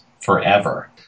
forever